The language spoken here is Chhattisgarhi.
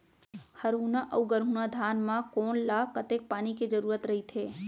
हरहुना अऊ गरहुना धान म कोन ला कतेक पानी के जरूरत रहिथे?